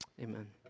Amen